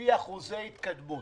לפי אחוזי התקדמות.